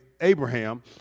Abraham